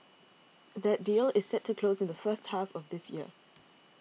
that deal is set to close in the first half of this year